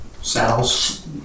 Saddles